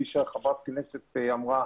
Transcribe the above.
כפי שחברת הכנסת אמרה,